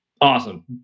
Awesome